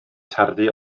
tarddu